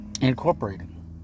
incorporating